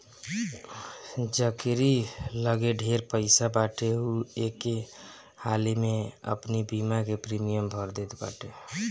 जकेरी लगे ढेर पईसा बाटे उ एके हाली में अपनी बीमा के प्रीमियम भर देत बाटे